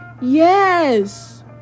Yes